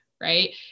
Right